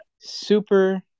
Super